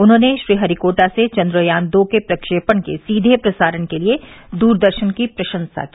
उन्होंने श्रीहरिकोटा से चंद्रयान दो के प्रक्षेपण के सीधे प्रसारण के लिए दूरदर्शन की प्रशंसा की